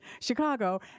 Chicago